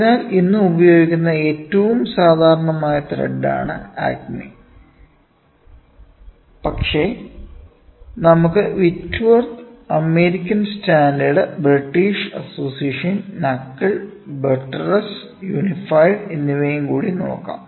അതിനാൽ ഇന്ന് ഉപയോഗിക്കുന്ന ഏറ്റവും സാധാരണമായ ത്രെഡാണ് ആക്മി പക്ഷേ നമുക്കു Whitworth American standard British association knuckle buttress unified എന്നിവയും കൂടി നോക്കാം